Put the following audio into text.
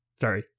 Sorry